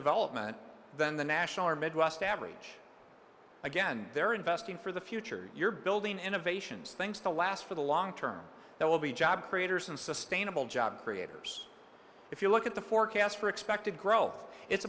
development than the national or midwest average again they're investing for the future you're building innovations things to last for the long term there will be job creators and sustainable job creators if you look at the forecast for expected growth it's